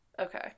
Okay